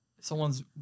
Someone's